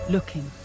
Looking